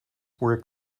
were